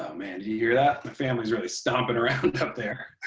man. do you hear that? my family's really stomping around up there.